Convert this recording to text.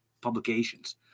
publications